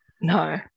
No